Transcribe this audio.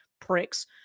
pricks